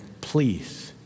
please